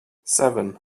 seven